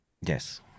Yes